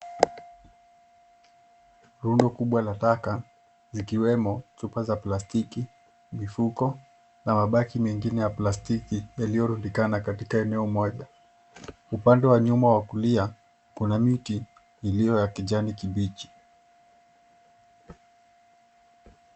Rundo kubwa la taka, zikiwemo chupa za plastiki, mifuko na mabaki mengine ya plastiki yaliyorundikana katika eneo moja. Upande wa nyuma wa kulia, kuna miti iliyo ya kijani kibichi.